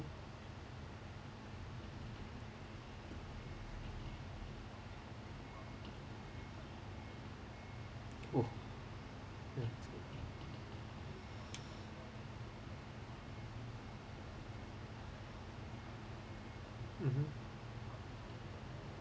oh mmhmm